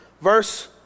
verse